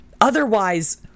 Otherwise